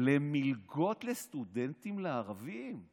למלגות לסטודנטים ערבים.